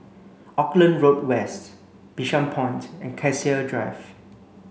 Auckland Road West Bishan Point and Cassia Drive